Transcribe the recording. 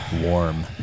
warm